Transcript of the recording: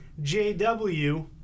JW